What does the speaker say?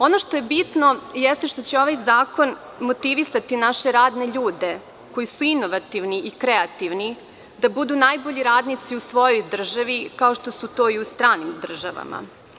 Ono što je bitno jeste što će ovaj zakon motivistati naše radne ljude, koji su inovativni i kreativni, da budu najbolji radnici u svojoj državi, kao što su to i u stranim državama.